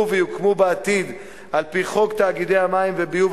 ויוקמו בעתיד על-פי חוק תאגידי מים וביוב,